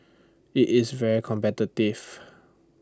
IT is very competitive